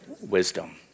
Wisdom